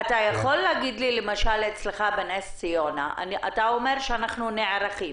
אמרת שאצלך בנס ציונה אתם נערכים.